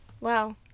Wow